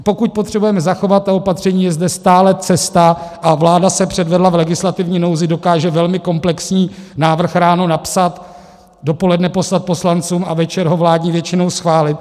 Pokud potřebujeme zachovat ta opatření, je zde stále cesta, a vláda se předvedla, v legislativní nouzi dokáže velmi komplexní návrh ráno napsat, dopoledne poslat poslancům a večer ho vládní většinou schválit.